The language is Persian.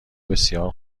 بسیار